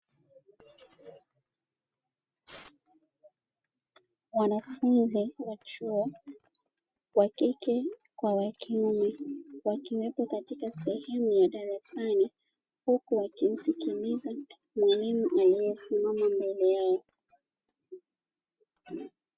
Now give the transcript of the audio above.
Wanafunzi wa chuo wa kike kwa wa kiume wakiwepo katika sehemu ya darasani huku wakimsikiliza mwalimu aliyesimama mbele yao.